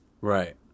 Right